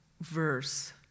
verse